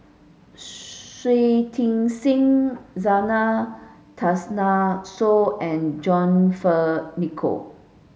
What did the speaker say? Shui Tit Sing Zena Tessensohn and John Fearns Nicoll